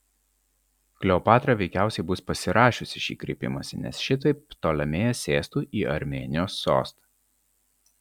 kleopatra veikiausiai bus pasirašiusi šį kreipimąsi nes šitaip ptolemėjas sėstų į armėnijos sostą